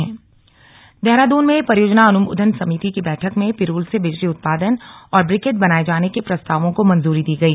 पिरूल बैठक देहरादून में परियोजना अनुमोदन समिति की बैठक में पिरूल से बिजली उत्पादन और ब्रिकेट बनाये जाने के प्रस्तावों को मंजूरी दी गई